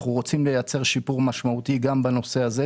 אנחנו רוצים לייצר שיפור משמעותי גם בנושא הזה,